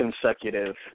consecutive